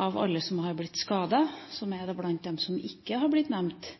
av alle som har blitt skadet, som da er blant dem som ikke har blitt nevnt